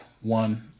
one